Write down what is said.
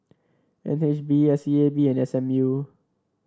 N H B S E A B and S M U